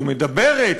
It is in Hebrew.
לא מדברת,